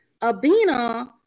Abina